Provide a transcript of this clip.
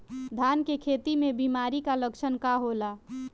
धान के खेती में बिमारी का लक्षण का होला?